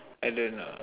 I don't know